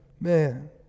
man